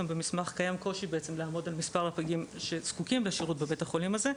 במסמך קיים קושי לעמוד על מספר הפגים שזקוקים לשירות בבית החולים הזה,